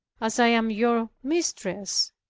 as i am your mistress,